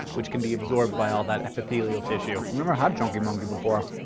which can be absorbed by all that epithelial tissue! i've never had chunky monkey before